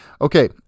Okay